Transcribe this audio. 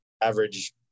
average